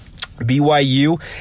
BYU